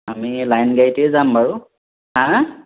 আমি লাইন গাড়ীতেই যাম বাৰু হা